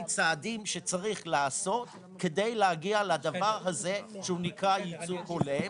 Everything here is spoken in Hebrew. צעדים שצריך לעשות כדי להגיע לייצוג הולם,